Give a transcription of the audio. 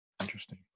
Interesting